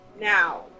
now